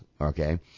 Okay